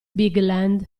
bigland